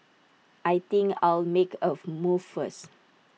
I think I'll make A move first